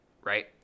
right